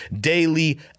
daily